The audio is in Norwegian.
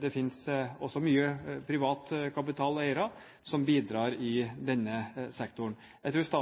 Det finnes også mye privat kapital og eiere som bidrar i denne sektoren. Jeg tror staten